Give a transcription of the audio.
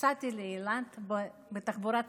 נסעתי לאילת בתחבורה הציבורית,